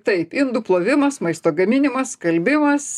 taip indų plovimas maisto gaminimas skalbimas